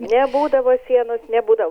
nebūdavo sienos nebūda